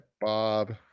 Bob